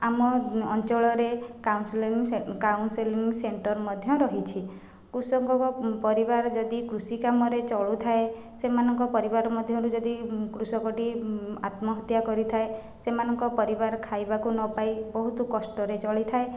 ଆମ ଅଞ୍ଚଳରେ counselling counselling centre ମଧ୍ୟ ରହିଛି କୃଷକଙ୍କ ପରିବାର ଯଦି କୃଷି କାମରେ ଚଳୁଥାଏ ସେମାନଙ୍କ ପରିବାର ମଧ୍ୟରୁ ଯଦି କୃଷକ ଟି ଆତ୍ମହତ୍ୟା କରିଥାଏ ସେମାନଙ୍କ ପରିବାର ଖାଇବାକୁ ନ ପାଇ ବହୁତ କଷ୍ଟରେ ଚଳିଥାଏ